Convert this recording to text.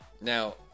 Now